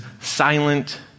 silent